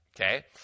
Okay